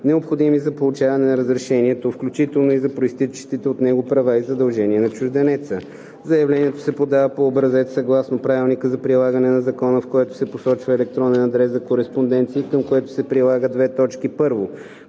необходими за получаване на разрешението, включително за произтичащите от него права и задължения за чужденеца. (5) Заявлението се подава по образец съгласно правилника за прилагане на закона, в което се посочва електронен адрес за кореспонденция и към което се прилага: 1. копие на